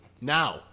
Now